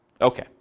Okay